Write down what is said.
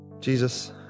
Jesus